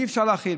אי-אפשר להכיל.